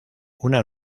una